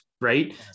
Right